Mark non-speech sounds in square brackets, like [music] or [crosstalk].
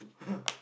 [laughs]